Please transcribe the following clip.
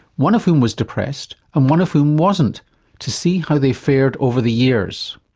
one of whom was depressed and one of whom wasn't to see how they fared over the years.